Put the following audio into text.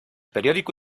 periódico